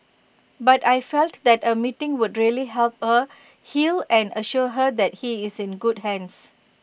but I felt that A meeting would really help her heal and assure her that he's in good hands